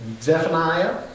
Zephaniah